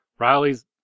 Riley's